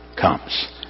comes